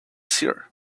seer